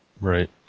Right